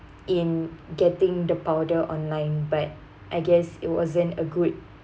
in getting the powder online but I guess it wasn't a good